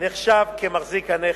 נחשב מחזיק הנכס.